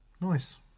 Nice